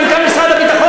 מנכ"ל משרד הביטחון,